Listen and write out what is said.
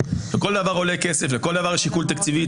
וכל דבר עולה כסף, לכל דבר יש שיקול תקציבי.